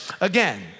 again